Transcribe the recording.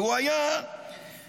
והוא היה חלק